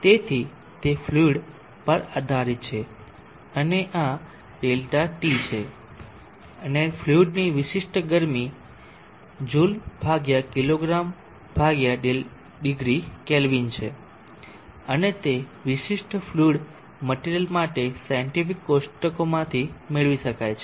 તેથી તે ફ્લુઇડ પર આધારીત છે અને આ ΔT છે અને ફ્લુઇડની વિશિષ્ટ ગરમી Jkg0K છે અને તે વિશિષ્ટ ફ્લુઇડ મટેરીયલ માટે સાયન્ટીફીક કોષ્ટકોમાંથી મેળવી શકાય છે